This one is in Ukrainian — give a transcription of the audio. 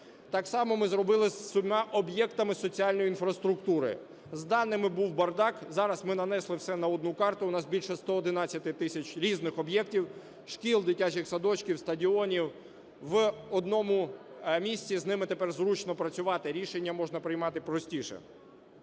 Так само ми зробили зі всіма об'єктами соціальної інфраструктури. З даними був бардак. Зараз ми нанесли все на одну карту, в нас більше 111 тисяч різних об'єктів – шкіл, дитячих садочків, стадіонів – в одному місці. З ними тепер зручно працювати, рішення можна приймати простіше.